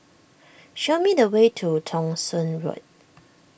show me the way to Thong Soon Road